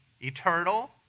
eternal